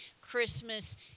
Christmas